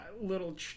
little